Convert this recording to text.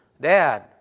Dad